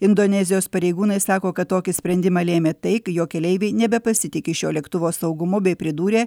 indonezijos pareigūnai sako kad tokį sprendimą lėmė tai jo keleiviai nebepasitiki šio lėktuvo saugumu bei pridūrė